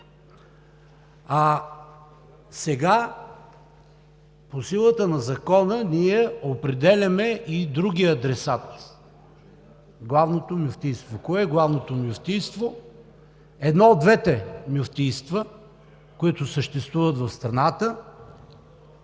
а сега по силата на закона ние определяме и другия адресат – Главното мюфтийство. Кое Главно мюфтийство? Едно от двете мюфтийства, които съществуват в страната